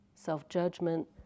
self-judgment